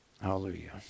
Hallelujah